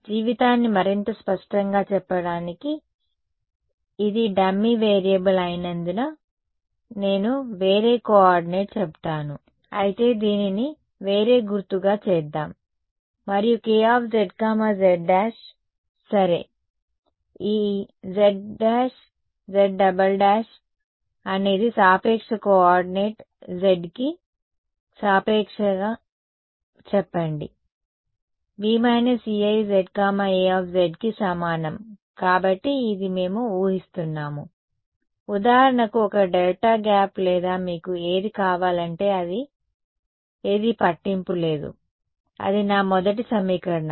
జీవితాన్ని మరింత స్పష్టంగా చెప్పడానికి ఇది డమ్మీ వేరియబుల్ అయినందున నేను వేరే కోఆర్డినేట్ చెబుతాను అయితే దీనిని వేరే గుర్తుగా చేద్దాం మరియు Kzz′′ సరే ఈ z′ z′′ అనేది సాపేక్ష కోఆర్డినేట్ z కి సాపేక్షంగా చెప్పండి B − Ei zA కి సమానం కాబట్టి ఇది మేము ఊహిస్తున్నాము ఉదాహరణకుఒక డెల్టా గ్యాప్ లేదా మీకు ఏది కావాలంటే అది ఏది పట్టింపు లేదు అది నా మొదటి సమీకరణం